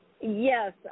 Yes